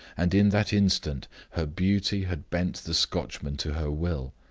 and in that instant her beauty had bent the scotchman to her will.